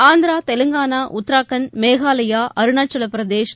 Andhra Telangana Uttarakhand Meghalaya Arunachal Pradesh